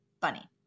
bunny